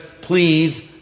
please